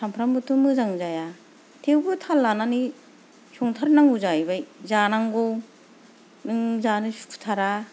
सामफ्रमबोथ मोजां जाया थेवबो थाल लानानै संथारनांगौ जाहैबाय जानांगौ नों जानो सुखुथारा